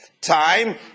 time